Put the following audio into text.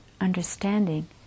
understanding